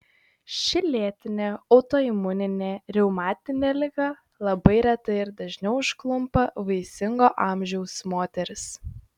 ši lėtinė autoimuninė reumatinė liga labai reta ir dažniau užklumpa vaisingo amžiaus moteris